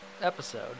episode